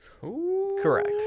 Correct